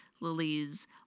Lily's